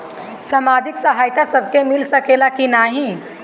सामाजिक सहायता सबके मिल सकेला की नाहीं?